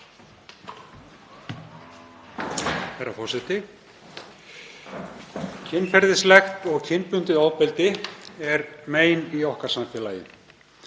Kynferðislegt og kynbundið ofbeldi er mein í okkar samfélagi